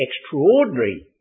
extraordinary